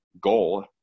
goal